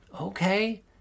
okay